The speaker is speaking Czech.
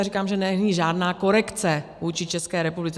Já říkám, že není žádná korekce vůči České republice.